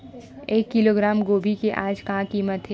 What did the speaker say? एक किलोग्राम गोभी के आज का कीमत हे?